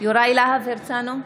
יוראי להב הרצנו,